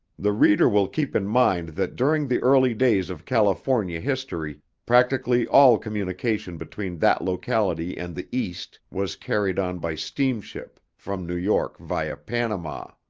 the reader will keep in mind that during the early days of california history, practically all communication between that locality and the east was carried on by steamship from new york via panama.